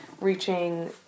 reaching